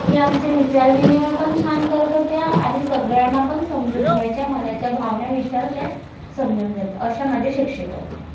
की आमचे विचार विनिमयपण छान करत होत्या आणि सगळ्यांना पण समजून घ्यायच्या मनाच्या भावना विचार त्या समजून घेत अशा माझ्या शिक्षिका होत्या